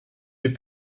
des